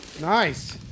nice